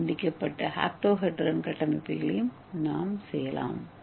ஏ துண்டிக்கப்பட்ட ஆக்டோஹெட்ரான் கட்டமைப்புகளையும் நாம் செய்யலாம்